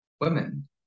women